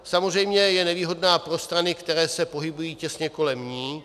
Samozřejmě je nevýhodná pro strany, které se pohybují těsně kolem ní.